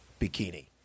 bikini